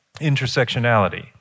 Intersectionality